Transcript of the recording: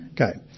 Okay